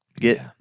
Get